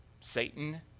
Satan